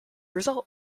result